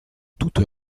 toute